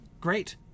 Great